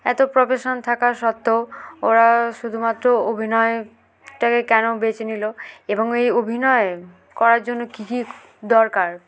এত প্রফেশন থাকা সত্ত্বেও ওরা শুধুমাত্র অভিনয়টাকে কেন বেছে নিলো এবং এই অভিনয় করার জন্য কী কী দরকার